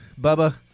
Bubba